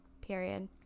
period